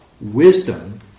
Wisdom